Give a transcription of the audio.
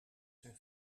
zijn